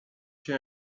się